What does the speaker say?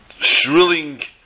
shrilling